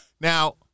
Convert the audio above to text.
Now